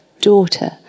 daughter